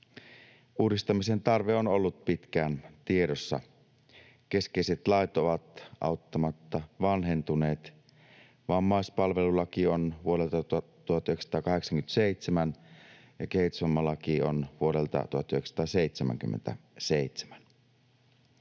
Uudistamisen tarve on ollut pitkään tiedossa. Keskeiset lait ovat auttamatta vanhentuneet. Vammaispalvelulaki on vuodelta 1987, ja kehitysvammalaki on vuodelta 1977.